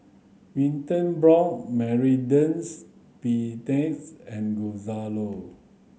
Wilton brought and Gonzalo